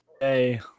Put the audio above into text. Hey